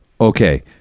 okay